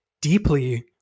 deeply